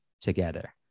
together